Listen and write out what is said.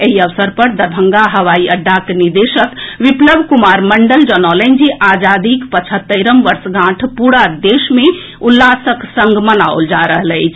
एहि अवसर पर दरभंगा हवाई अड्डाक निदेशक विप्लव कुमार मंडल जनौलनि जे आजादीक पचहत्तरिम वर्षगांठ पूरा देश मे उल्लासक संग मनाओल जा रहल अछि